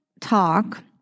talk